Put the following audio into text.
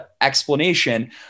explanation